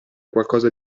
qualcosa